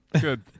Good